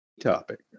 topic